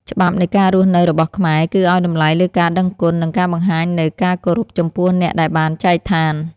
ច្បាប់នៃការរស់នៅរបស់ខ្មែរ គឺឱ្យតម្លៃលើការដឹងគុណ និងការបង្ហាញនូវការគោរពចំពោះអ្នកដែលបានចែកឋាន។